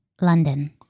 London